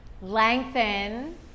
lengthen